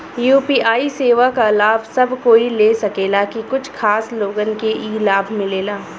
UPI सेवा क लाभ सब कोई ले सकेला की कुछ खास लोगन के ई लाभ मिलेला?